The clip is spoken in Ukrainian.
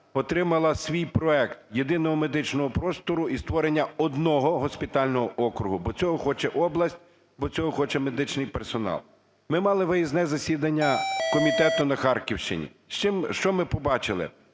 отримала свій проект єдиного медичного простору і створення одного госпітального округу, бо цього хоче область, бо цього хоче медичний персонал. Ми мали виїзне засідання комітету на Харківщині. Що ми побачили?